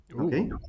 okay